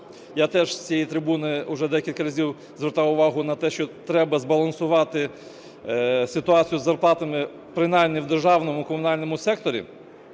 Я теж з цієї трибуни вже декілька разів звертав увагу на те, що треба збалансувати ситуацію з зарплатами, принаймні в державному та комунальному секторі.